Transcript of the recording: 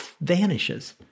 vanishes